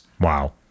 Wow